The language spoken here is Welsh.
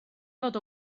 fod